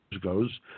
goes